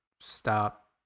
stop